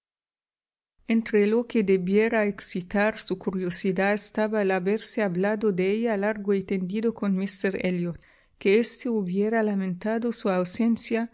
entre lo que debiera excitar su curiosidad estaba el haberse hablado de ella largo y tendido con míster elliot que éste hubiera lamentado su ausencia